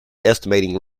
estimating